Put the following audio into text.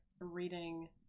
reading